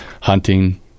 hunting